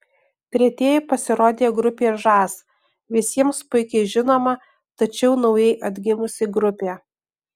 tretieji pasirodė grupė žas visiems puikiai žinoma tačiau naujai atgimusi grupė